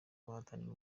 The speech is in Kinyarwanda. bahatanira